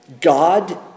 God